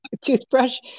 toothbrush